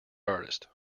artist